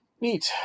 Neat